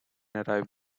arrive